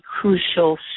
crucial